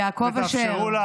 יעקב אשר.